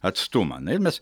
atstumą na ir mes